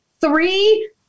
three